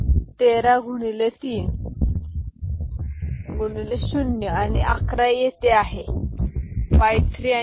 तर 13 x 3 ते x शून्य आणि 11 येथे आहे y 3 ते y येथे काही नाही